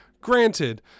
granted